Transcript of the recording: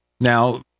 Now